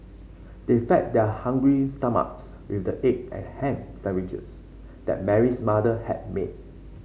they fed their hungry stomachs with the egg and ham sandwiches that Mary's mother had made